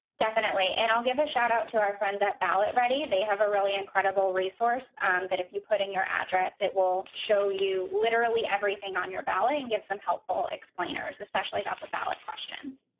definitely. and i'll give a shout out to our friends at ballot ready. they have a really incredible resource that if you put in your address, it will show you literally everything on your ballot and get some helpful explainers, especially about the ballot questions.